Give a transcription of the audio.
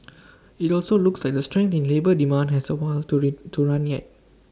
IT also looks like the strength in labour demand has A while to re to run yet